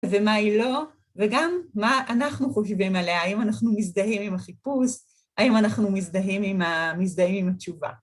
ומה היא לא, וגם מה אנחנו חושבים עליה, האם אנחנו מזדהים עם החיפוש, האם אנחנו מזדהים עם התשובה.